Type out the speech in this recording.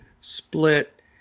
split